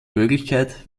möglichkeit